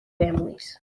families